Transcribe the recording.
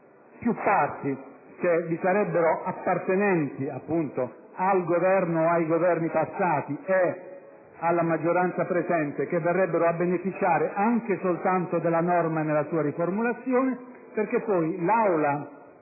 più parti - che vi sarebbero appartenenti al Governo o ai Governi passati e alla maggioranza presente che verrebbero a beneficiare anche soltanto della norma nella sua riformulazione. In sostanza,